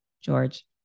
George